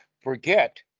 forget